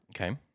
Okay